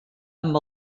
amb